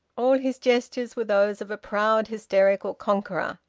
all his gestures were those of a proud, hysterical conqueror,